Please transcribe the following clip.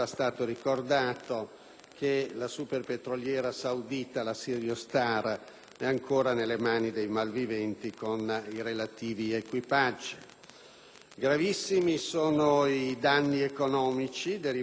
Gravissimi sono i danni economici derivanti sia dai riscatti